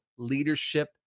leadership